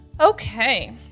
Okay